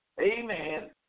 Amen